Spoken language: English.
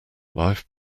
life